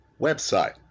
website